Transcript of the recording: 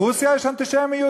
ברוסיה יש אנטישמיות?